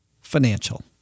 financial